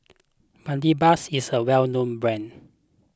Bedpans is a well known brand